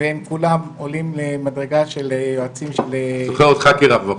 והם כולם עולים למדרגה של יועצים של --- זוכר אותך כרב מחוז.